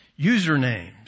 usernames